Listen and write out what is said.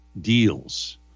deals